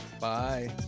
Bye